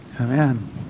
Amen